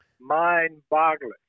mind-boggling